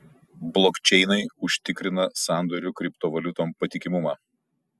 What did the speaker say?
blokčeinai užtikrina sandorių kriptovaliutom patikimumą